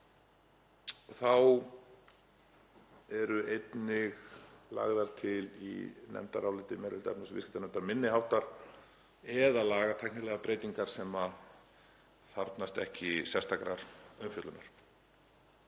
Þá eru einnig lagðar til í nefndaráliti meiri hluta efnahags- og viðskiptanefndar minniháttar eða lagatæknilegar breytingar sem þarfnast ekki sérstakrar umfjöllunar.